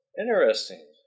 Interesting